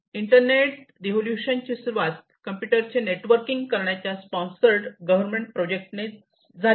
internet रिव्होल्यूशनची सुरुवात कम्प्युटरचे नेटवर्किंग करण्याच्या स्पॉन्सर गव्हर्मेंट प्रोजेक्ट ने झाले झाली